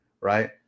right